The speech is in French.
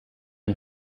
une